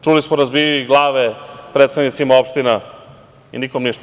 Čuli smo da razbijaju i glave predsednicima opština i nikom ništa.